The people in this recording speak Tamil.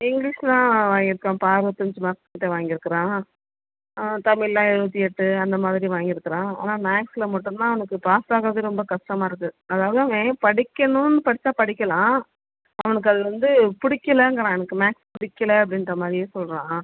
இங்கிலீஷ்லாம் வாங்கிருக்காப்பா அறுபத்தஞ்சி மார்க்கிட்ட வாங்கிருக்கிறான் தமிழ்லாம் எழுபத்தி எட்டு அந்த மாதிரி வாங்கிருக்கிறான் ஆனால் மேக்ஸில் மட்டும் தான் அவனுக்கு பாஸ் ஆகதுறதே ரொம்ப கஷ்டமாக இருக்கு அதாவது அவன் படிக்கணுன்னு படிச்சால் படிக்கலாம் அவனுக்கு அது வந்து பிடிக்கலங்கிறான் எனக்கு மேக்ஸ் பிடிக்கல அப்படின்ற மாதிரியே சொல்லுறான்